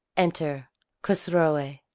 enter cosroe,